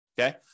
Okay